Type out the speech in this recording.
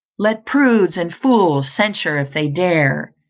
let prudes and fools censure if they dare,